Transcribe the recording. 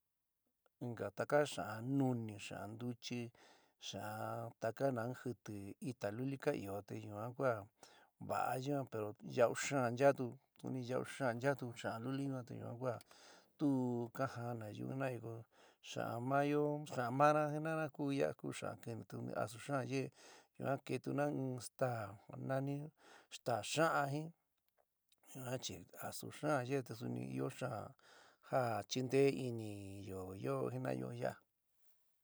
Inka taka xa'an nuni, xa'an ntuchi, xa'an taka naun jɨtɨ ita luli ka ɨó te yuan kua va'a yuan ko ya'u xa'an nchaátu uni yau xa'an ncha'atu xa'an luli ñua te yuan kua tu tu ka ja'an nayuú jina'ai kó xa'an maáyo xa'an mana jina'ana ku yaa ku xa'an kɨnɨ te asu xaán yeé yuan keétuna in staá nani staá xa'an jin yuan chi asu xaán yee te suni io xa'an ja chinteé iniyo yoó jina'ayo yaa.